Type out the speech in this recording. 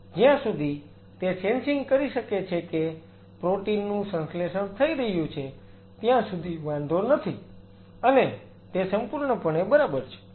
જ્યાં સુધી તે સેન્સીંગ કરી શકે છે કે પ્રોટીન નું સંશ્લેષણ થઈ રહ્યું છે ત્યાં સુધી વાંધો નથી અને તે સંપૂર્ણપણે બરાબર છે